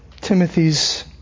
Timothy's